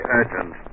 urgent